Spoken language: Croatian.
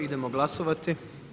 Idemo glasovati.